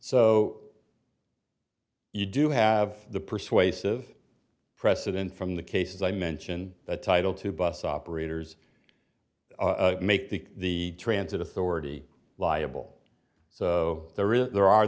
so you do have the persuasive precedent from the cases i mentioned that title to bus operators make the transit authority liable so there is there are